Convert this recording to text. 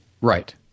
Right